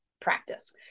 practice